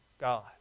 God